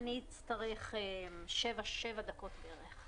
אצטרך שבע דקות בערך.